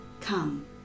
come